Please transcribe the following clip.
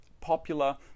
popular